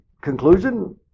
conclusion